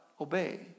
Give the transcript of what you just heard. obey